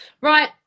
right